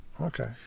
Okay